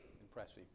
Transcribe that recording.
impressive